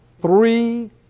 three